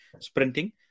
sprinting